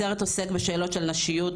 הסרט עוסק בשאלות של נשיות,